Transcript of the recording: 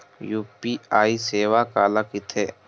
UPI सेवा काला कइथे?